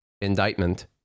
indictment